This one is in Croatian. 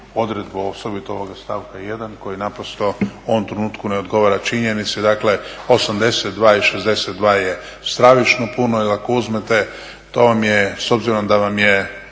odredbu osobito ovoga stavka 1. koji naprosto u ovom trenutku ne odgovara činjenici, dakle 82 i 62 je stravično puno, jer ako uzmete to vam je, s obzirom da vam je